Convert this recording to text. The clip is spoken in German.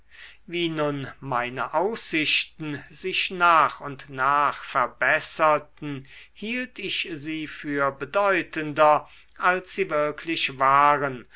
wie nun meine aussichten sich nach und nach verbesserten hielt ich sie für bedeutender als sie wirklich waren